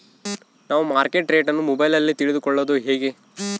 ನಾವು market rate ಅನ್ನು ಮೊಬೈಲಲ್ಲಿ ತಿಳ್ಕಳೋದು ಹೇಗೆ?